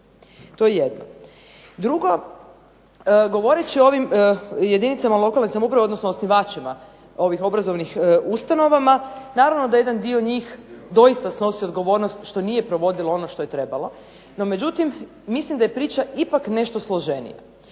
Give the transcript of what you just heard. To je jedno. Drugo, govoreći o ovim jedinicama lokalne samouprave, odnosno osnivačima ovih obrazovnim ustanovama naravno da jedan dio njih doista snosi odgovornost što nije provodilo ono što je trebalo. No međutim, mislim da je priča ipak nešto složenija.